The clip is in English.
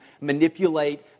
manipulate